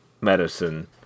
medicine